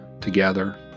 together